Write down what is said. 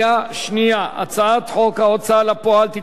הצעת חוק ההוצאה לפועל (תיקון מס' 41),